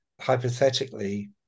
hypothetically